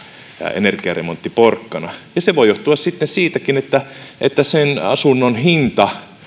energiaremonttiporkkana ja se voi johtua sitten siitäkin että että sen asunnon hinta